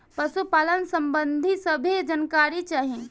पशुपालन सबंधी सभे जानकारी चाही?